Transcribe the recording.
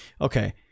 Okay